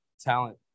talent